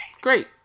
Great